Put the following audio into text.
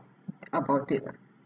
about it lah